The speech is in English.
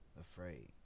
Afraid